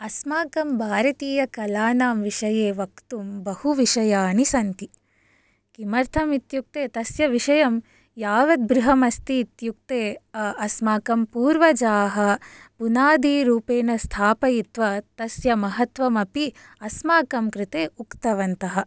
अस्माकं भारतीय कलानां विषये वक्तुं बहु विषयाणि सन्ति किमर्थम् इत्युक्ते तस्य विषयं यावद्बृहत् अस्ति इत्युक्ते अस्माकं पूर्वजाः उणादिरूपेण स्थापयित्वा तस्य महत्वमपि अस्माकं कृते उक्तवन्तः